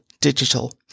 Digital